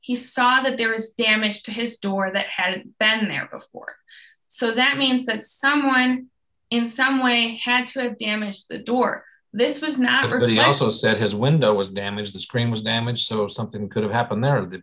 he saw that there is damage to his door that hadn't been there before so that means that someone in some way had to damage the door this was not or they also said his window was damaged the screen was damaged so something could have happened there